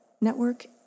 network